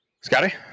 Scotty